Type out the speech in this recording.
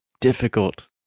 difficult